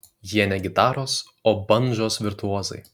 jie ne gitaros o bandžos virtuozai